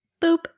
Boop